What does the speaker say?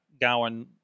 Gowan